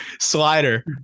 slider